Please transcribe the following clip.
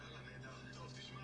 אני בטוח שגם לכם,